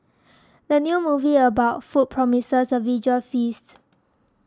the new movie about food promises a visual feast